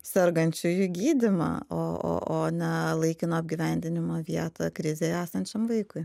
sergančiųjų gydymą o o o ne laikino apgyvendinimo vietą krizėj esančiam vaikui